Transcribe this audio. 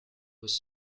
was